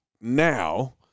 now